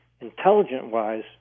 intelligent-wise